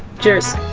cheers.